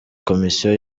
komisiyo